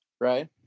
right